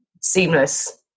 seamless